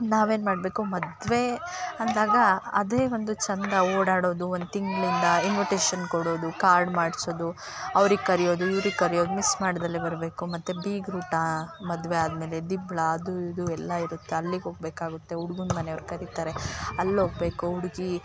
ನಾವೇನು ಮಾಡಬೇಕು ಮದುವೆ ಅಂದಾಗ ಅದೇ ಒಂದು ಚಂದ ಓಡಾಡೋದು ಒಂದು ತಿಂಗಳಿಂದ ಇನ್ವಟೇಷನ್ ಕೊಡೋದು ಕಾರ್ಡ್ ಮಾಡಿಸೋದು ಅವ್ರಿಗೆ ಕರಿಯೋದು ಇವ್ರಿಗೆ ಕರಿಯೋದು ಮಿಸ್ ಮಾಡದಲೆ ಬರಬೇಕು ಮತ್ತು ಬೀಗರೂಟ ಮದುವೆ ಆದಮೇಲೆ ದಿಬ್ಣ ಅದು ಇದು ಎಲ್ಲ ಇರುತ್ತೆ ಅಲ್ಲಿಗೆ ಹೋಗ್ಬೇಕಾಗುತ್ತೆ ಹುಡ್ಗುನ್ ಮನೆಯವ್ರು ಕರಿತಾರೆ ಅಲ್ಲಿ ಹೋಗ್ಬೇಕು ಹುಡ್ಗಿ